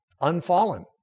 unfallen